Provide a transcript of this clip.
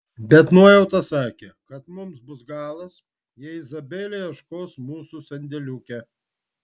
bet nuojauta sakė kad mums bus galas jei izabelė ieškos mūsų sandėliuke